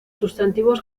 sustantivos